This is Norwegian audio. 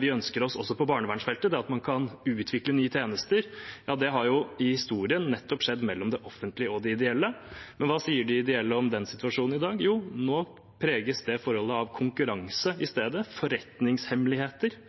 vi ønsker oss også på barnevernfeltet, at man kan utvikle nye tjenester, har i historien skjedd nettopp mellom de offentlige og de ideelle. Men hva sier de ideelle om den situasjonen i dag? Jo, nå preges det forholdet i stedet av konkurranse og forretningshemmeligheter.